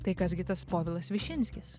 tai kas gi tas povilas višinskis